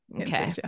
okay